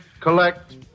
collect